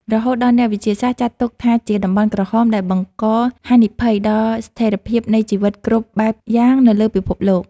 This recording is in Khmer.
រហូតដល់អ្នកវិទ្យាសាស្ត្រចាត់ទុកថាជាតំបន់ក្រហមដែលបង្កហានិភ័យដល់ស្ថិរភាពនៃជីវិតគ្រប់បែបយ៉ាងនៅលើពិភពលោក។